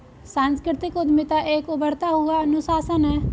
सांस्कृतिक उद्यमिता एक उभरता हुआ अनुशासन है